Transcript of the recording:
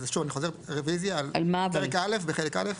אז שוב, אני חוזר, רביזיה על פרק א' בחלק א'.